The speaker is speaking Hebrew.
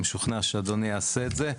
אני משוכנע שאדוני יעשה את זה.